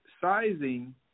sizing